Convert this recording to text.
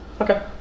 Okay